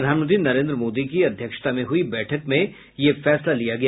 प्रधानमंत्री नरेन्द्र मोदी की अध्यक्षता में हुई बैठक में यह फैसला लिया गया